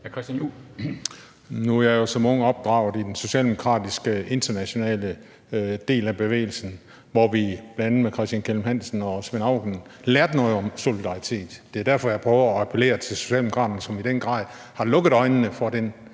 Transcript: Nu er jeg jo som ung opdraget i den socialdemokratiske og internationale del af bevægelsen, hvor vi bl.a. af Christian Kelm-Hansen og Svend Auken lærte noget om solidaritet. Det er derfor, jeg prøver at appellere til Socialdemokraterne, som i den grad har lukket øjnene for den